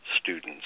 students